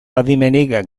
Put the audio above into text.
adimenik